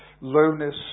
lowness